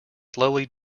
slowly